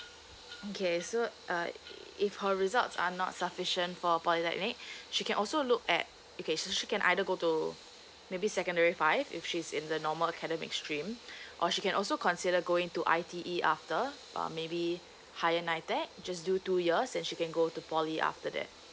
okay so uh if her results are not sufficient for polytechnic she can also look at okay so she can either go to maybe secondary five if she's in the normal academic stream or she can also consider going to I T E after uh maybe higher nitec just do two years then she can go to poly after that